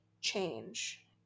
change